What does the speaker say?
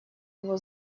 его